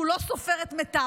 שהוא לא סופר את מתיו.